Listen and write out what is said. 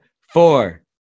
four